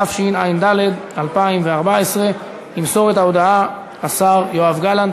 חוק ומשפט בעניין הכרזה על מצב חירום התקבלה.